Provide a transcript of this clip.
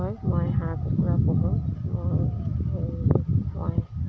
হয় মই হাঁহ কুকুৰা পহোঁ মই মই